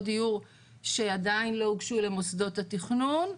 דיור שעדיין לא הוגשו למוסדות התכנון,